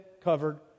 covered